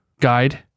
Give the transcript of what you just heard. guide